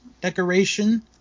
decoration